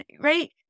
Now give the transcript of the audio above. right